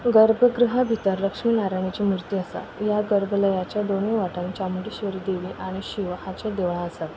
गर्भगृहा भितर लक्ष्मी नारायणाची मुर्ती आसा ह्या गर्भलयाच्या दोनूय वाटांनी चामुंडेश्वरी देवी आनी शिवा हाचे देवळां आसात